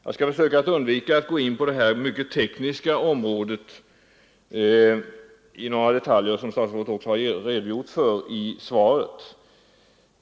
Jag skall undvika att gå in på detta mycket tekniska område i några detaljer, liksom statsrådet också gjort i sitt svar.